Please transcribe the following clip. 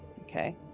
Okay